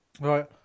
right